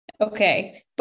Okay